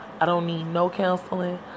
I-don't-need-no-counseling